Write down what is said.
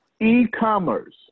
E-commerce